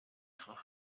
خواهد